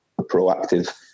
proactive